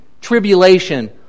tribulation